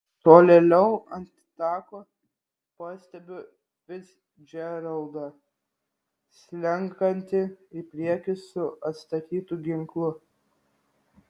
tolėliau ant tako pastebiu ficdžeraldą slenkantį į priekį su atstatytu ginklu